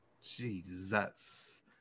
Jesus